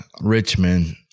Richmond